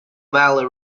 valley